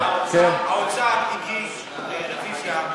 האוצר הגיש רוויזיה,